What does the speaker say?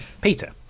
Peter